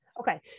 Okay